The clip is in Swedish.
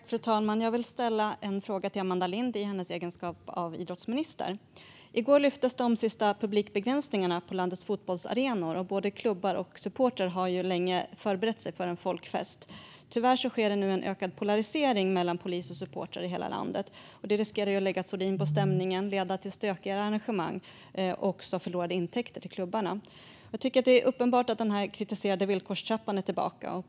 Fru talman! Jag vill ställa en fråga till Amanda Lind i egenskap av idrottsminister. I går lyftes de sista publikbegränsningarna på landets fotbollsarenor, och både klubbar och supportrar har länge förberett sig för en folkfest. Tyvärr sker det nu en ökad polarisering mellan polis och supportrar i hela landet. Det riskerar att lägga sordin på stämningen och leda till stökigare arrangemang och förlorade intäkter för klubbarna. Jag tycker att det är uppenbart att den kritiserade villkorstrappan är tillbaka.